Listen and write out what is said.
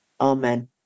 Amen